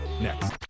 next